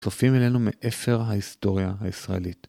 צופים עלינו מאפר ההיסטוריה הישראלית.